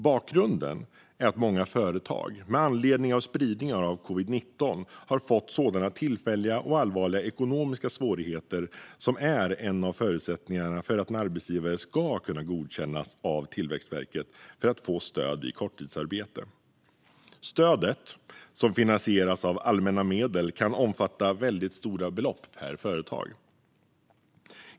Bakgrunden är att många företag med anledning av spridningen av covid-19 har hamnat i sådana tillfälliga och allvarliga ekonomiska svårigheter som är en av förutsättningarna för att en arbetsgivare ska kunna godkännas av Tillväxtverket för stöd vid korttidsarbete. Stödet, som finansieras av allmänna medel, kan omfatta väldigt stora belopp per företag.